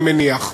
אני מניח.